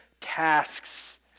tasks